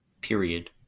Period